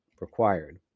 required